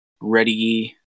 ready